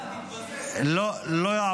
לא כדאי לך, אתה מתבזה.